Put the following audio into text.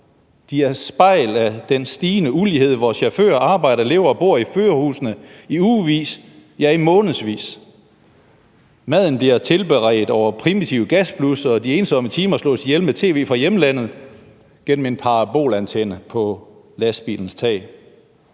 De er et spejl af den stigende ulighed, hvor chauffører arbejder, lever og bor i førerhusene i ugevis, ja, i månedsvis. Maden bliver tilberedt over primitive gasblus, og de ensomme timer slås ihjel med tv fra hjemlandet gennem en parabolantenne på lastbilen.